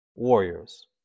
warriors